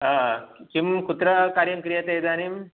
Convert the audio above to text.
हा किं कुत्र कार्यं क्रियते इदानीम्